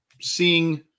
seeing